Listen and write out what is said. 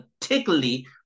particularly